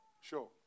Sure